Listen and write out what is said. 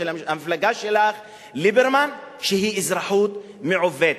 המפלגה שלך ליברמן, שהיא אזרחות מעוותת.